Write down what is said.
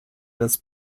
les